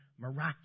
miraculous